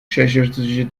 şaşırtıcı